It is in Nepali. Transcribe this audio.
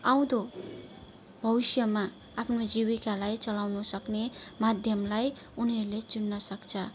आउँदो भविष्यमा आफ्नो जीविकालाई चलाउनु सक्ने माध्यमलाई उनीहरूले चुन्न सक्छ